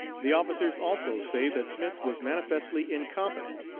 the officers also say that smith was manifestly incompetent,